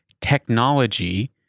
technology